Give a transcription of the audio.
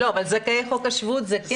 אבל זכאי חוק השבות כן?